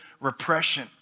repression